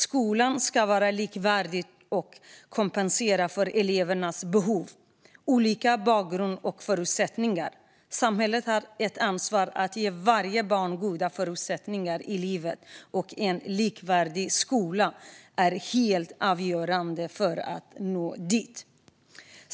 Skolan ska vara likvärdig och kompensera för elevernas olika behov, bakgrund och förutsättningar. Samhället har ett ansvar att ge varje barn goda förutsättningar i livet, och en likvärdig skola är helt avgörande för att nå dit.